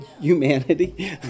humanity